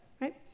right